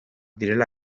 direla